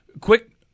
Quick